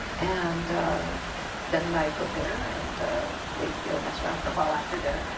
and then i cook dinner, and we mess around for a while after dinner,